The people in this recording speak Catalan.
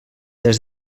des